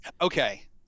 Okay